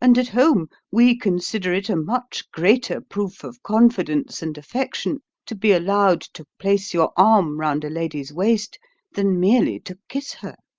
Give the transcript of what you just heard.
and at home we consider it a much greater proof of confidence and affection to be allowed to place your arm round a lady's waist than merely to kiss her.